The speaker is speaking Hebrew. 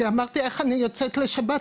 כי אמרתי איך אני יוצאת לשבת,